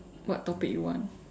what topic you want